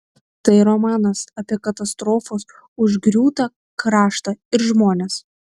tai romanas apie katastrofos užgriūtą kraštą ir žmones